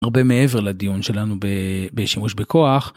הרבה מעבר לדיון שלנו בשימוש בכוח.